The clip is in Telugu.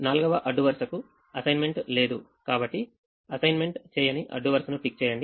నాల్గవ అడ్డు వరుసకు అసైన్మెంట్ లేదు కాబట్టి అసైన్మెంట్ చేయని అడ్డు వరుసను టిక్ చేయండి